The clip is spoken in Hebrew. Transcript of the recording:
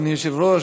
אדוני היושב-ראש,